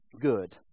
good